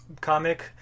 comic